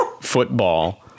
football